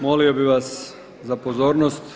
Molio bih vas za pozornost.